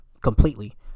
Completely